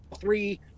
three –